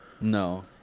No